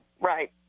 Right